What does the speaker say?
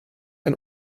ein